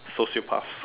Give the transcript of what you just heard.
sociopath